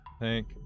Thank